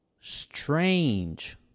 strange